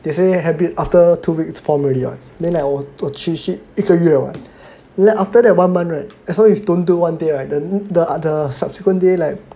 they say habit after two weeks form already [what] then I 继续一个月 [one] then after that one month right as long as you don't do one day right then the subsequent day like